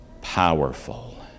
Powerful